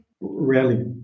Rarely